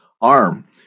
arm